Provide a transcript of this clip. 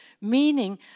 Meaning